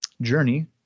journey